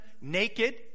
naked